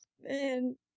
Man